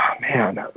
man